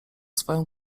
swoją